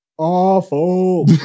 awful